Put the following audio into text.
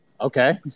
Okay